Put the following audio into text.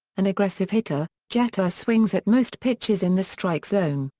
an aggressive hitter, jeter swings at most pitches in the strike zone,